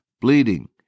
bleeding